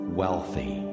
wealthy